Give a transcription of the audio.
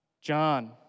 John